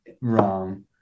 wrong